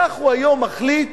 כך הוא היום מחליט